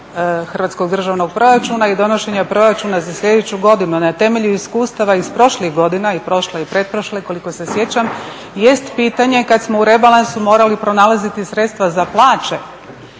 Hrvatskog državnog proračuna je donošenje proračuna za sljedeću godinu. Na temelju iskustava iz prošlih godina i prošle i pretprošle koliko se sjećam jest pitanje kad smo u rebalansu morali pronalaziti sredstva za plaće